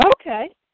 Okay